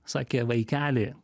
sakė vaikeli